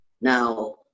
Now